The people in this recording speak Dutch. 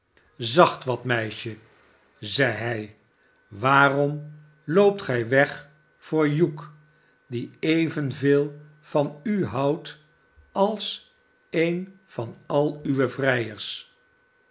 zacht wat meisje zeide hij waarom loopt gij wegvoor hugh die evenveel van u houdt als een van al uwe vrijers